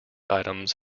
items